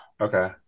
Okay